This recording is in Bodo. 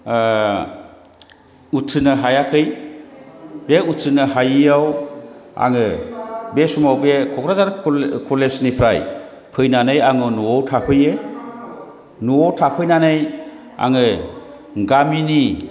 उथ्रिनो हायाखै बे उथ्रिनो हायिआव आङो बे समाव बे क'क्राझार कलेजनिफ्राय फैनानै आङो न'आव थाफैयो न'आव थाफैनानै आङो गामिनि